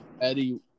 Eddie